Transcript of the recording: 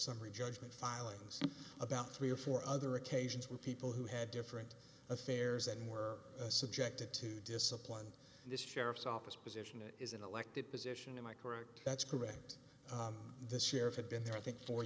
summary judgment filings about three or four other occasions with people who had different affairs and were subjected to discipline this sheriff's office position is an elected position am i correct that's correct the sheriff had been there i think four